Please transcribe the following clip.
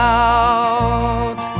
out